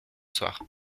soir